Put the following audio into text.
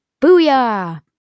Booyah